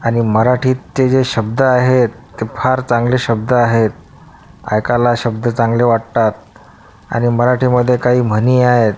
आणि मराठीत ते जे शब्द आहेत ते फार चांगले शब्द आहेत ऐकायला शब्द चांगले वाटतात आणि मराठीमध्ये काही म्हणी आहेत